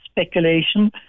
speculation